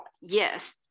yes